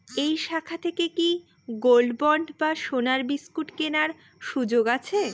এই শাখা থেকে কি গোল্ডবন্ড বা সোনার বিসকুট কেনার সুযোগ আছে?